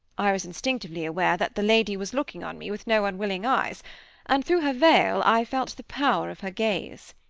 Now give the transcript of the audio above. i was instinctively aware that the lady was looking on me with no unwilling eyes and, through her veil, i felt the power of her gaze.